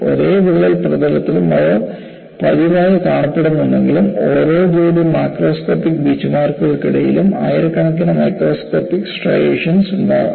ഒരേ വിള്ളൽ പ്രതലത്തിലും അവ പതിവായി കാണപ്പെടുന്നുണ്ടെങ്കിലും ഓരോ ജോഡി മാക്രോസ്കോപ്പിക് ബീച്ച്മാർക്കുകൾക്കിടയിലും ആയിരക്കണക്കിന് മൈക്രോസ്കോപ്പിക് സ്ട്രൈയേഷൻസ് ഉണ്ടാകാം